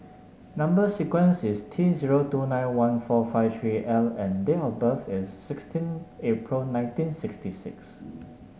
number sequence is T zero two nine one four five three L and date of birth is sixteen April nineteen sixty six